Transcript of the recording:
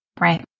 right